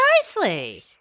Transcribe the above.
Precisely